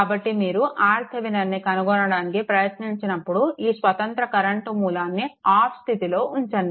కాబట్టి మీరు RThevenin ను కనుగొనడానికి ప్రయత్నించినప్పుడు ఈ స్వతంత్ర కరెంట్ మూలాన్ని ఆఫ్ స్థితిలో ఉంచండి